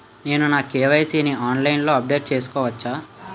నేను నా కే.వై.సీ ని ఆన్లైన్ లో అప్డేట్ చేసుకోవచ్చా?